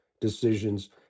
decisions